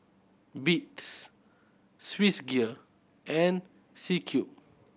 Beats Swissgear and C Cube